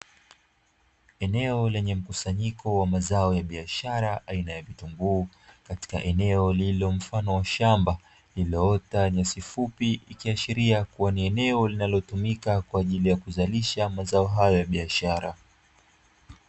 Eneo lenye mkusanyiko wa mazao ya biashara aina ya vitunguu, katika eneo lililo mfano wa shamba, lililoota nyasi fupi ikiashiria kuwa ni eneo linalotumika kwa ajili ya kuzalisha mazao hayo ya biashara.